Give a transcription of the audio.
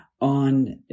on